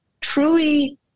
truly